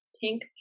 pink